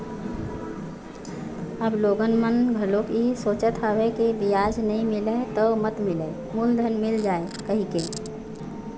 अब लोगन मन घलोक इहीं सोचत हवय के बियाज नइ मिलय त मत मिलय मूलेधन मिल जाय कहिके